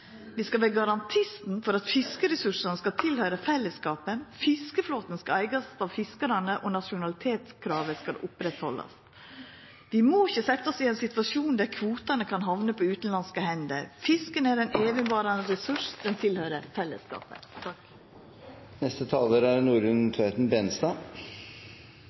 Vi skal vera garantisten for at fiskeressursane skal tilhøyra fellesskapet. Fiskeflåten skal eigast av fiskarane, og nasjonalitetskravet skal oppretthaldast. Vi må ikkje setja oss i ein situasjon der kvotane kan hamna på utanlandske hender. Fisken er ein evigvarande ressurs, han tilhøyrer fellesskapet. Når tidene blir urolige, er